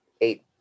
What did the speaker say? eight